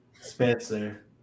Spencer